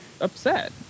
upset